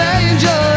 angel